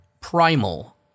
primal